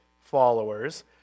followers